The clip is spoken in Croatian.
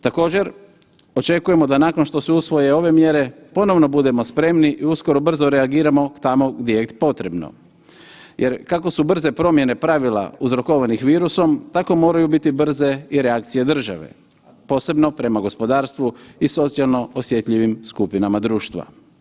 Također očekujemo da nakon što se usvoje ove mjere ponovno budemo spremni i uskoro brzo reagiramo tamo gdje je potrebno jer kako su brze promjene pravila uzrokovanih virusom tako moraju biti brze i reakcije države, posebno prema gospodarstvu i socijalno osjetljivim skupinama društva.